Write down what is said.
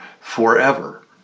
forever